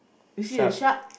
you see the shark